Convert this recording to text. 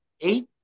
eight